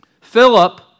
Philip